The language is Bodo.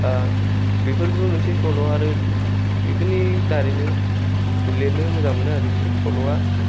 बेफोरबो मोनसे सल' आरो बेफोरनि दारैनो लिरनो मोजां मोनो आरोखि सल'आ